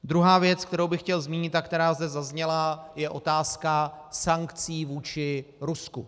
Druhá věc, kterou bych chtěl zmínit a která zde zazněla, je otázka sankcí vůči Rusku.